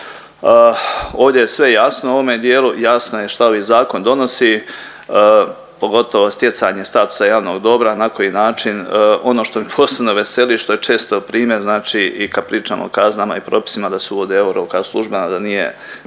Ovdje je sve jasno u ovome djelu, jasno je šta ovi zakon donosi pogotovo stjecanje statusa javnog dobra na koji način ono što me posebno veseli što je često primjer znači i kad pričamo o kaznama i propisima, da se uvodi euro kao službena da nije